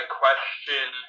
question